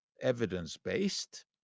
evidence-based